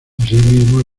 asimismo